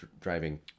driving